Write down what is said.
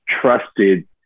trusted